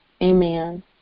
Amen